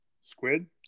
Squid